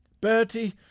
bertie